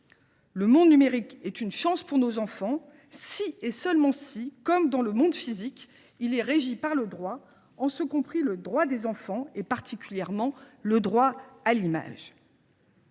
Le monde numérique est une chance pour nos enfants, si, et seulement si, comme dans le monde physique, il est régi par le droit, en ce compris le droit des enfants et particulièrement le droit à l’image.